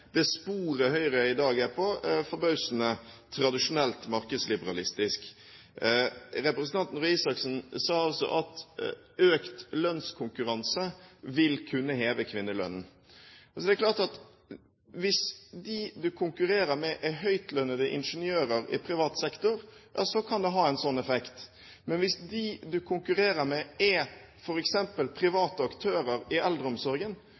det sporet Høyre i dag er på, forbausende tradisjonelt markedsliberalistisk. Representanten Røe Isaksen sa at økt lønnskonkurranse vil kunne heve kvinnelønnen. Det er klart at hvis de du konkurrerer med, er høytlønnete ingeniører i privat sektor, kan det ha en sånn effekt. Men hvis de du konkurrerer med, f.eks. er private aktører i eldreomsorgen,